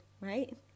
right